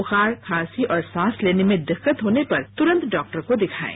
बुखार खांसी और सांस लेने में दिक्कत होने पर तुरंत डॉक्टर को दिखाएं